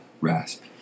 rasp